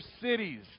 cities